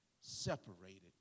separated